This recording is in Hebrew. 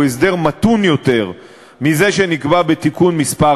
הסדר מתון יותר מזה שנקבע בתיקון מס'